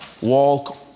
walk